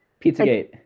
PizzaGate